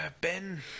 Ben